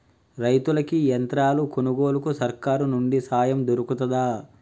రైతులకి యంత్రాలు కొనుగోలుకు సర్కారు నుండి సాయం దొరుకుతదా?